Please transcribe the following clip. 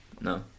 No